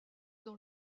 dans